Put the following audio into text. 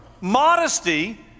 modesty